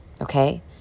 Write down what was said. okay